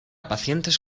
pacientes